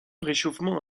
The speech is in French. réchauffement